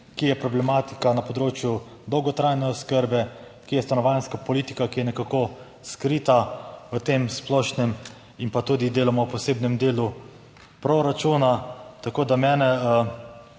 kje je problematika na področju dolgotrajne oskrbe, kje je stanovanjska politika, ki je nekako skrita v tem splošnem in pa tudi deloma v posebnem delu proračuna. Tako da mene